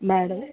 madam